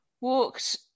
walked